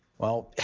well,